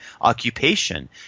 occupation